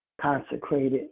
consecrated